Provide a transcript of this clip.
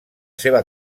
seva